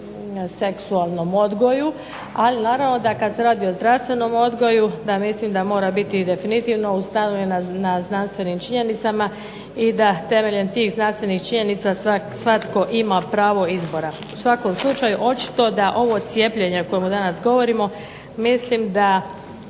seksualnom odgoju, ali naravno da kad se radi o zdravstvenom odgoju da mislim da mora biti definitivno ustanovljena na znanstvenim činjenicama i da temeljem tih znanstvenih činjenica svatko ima pravo izbora. U svakom slučaju očito da ovo cijepljenje o kojemu danas govorimo mislim da